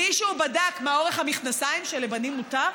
מישהו בדק מה אורך המכנסיים שלבנים מותר?